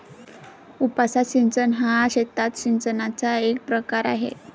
उपसा सिंचन हा शेतात सिंचनाचा एक प्रकार आहे